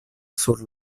sur